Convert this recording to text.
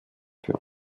für